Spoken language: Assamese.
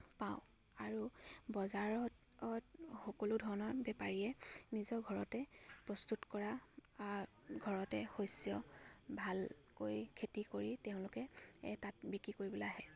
পাওঁ আৰু বজাৰত সকলো ধৰণৰ বেপাৰীয়ে নিজৰ ঘৰতে প্ৰস্তুত কৰা ঘৰতে শস্য ভালকৈ খেতি কৰি তেওঁলোকে তাত বিক্ৰী কৰিবলৈ আহে